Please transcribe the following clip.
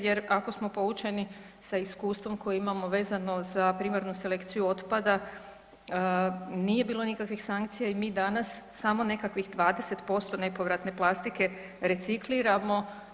Jer ako smo poučeni sa iskustvom koje imamo vezano za primarnu selekciju otpada nije bilo nikakvih sankcija i mi danas samo nekakvih 20% nepovratne plastike recikliramo.